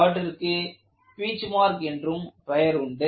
அவற்றிற்கு பீச்மார்க் என்றும் பெயர் உண்டு